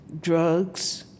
drugs